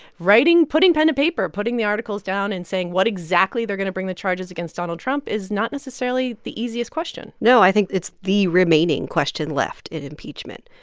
writing putting pen to paper, putting the articles down and saying what exactly they're going to bring the charges against donald trump is not necessarily the easiest question no, i think it's the remaining question left in impeachment.